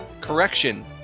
Correction